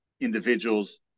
individuals